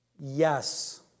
Yes